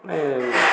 ଏ